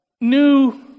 new